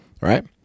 right